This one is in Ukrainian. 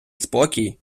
спокій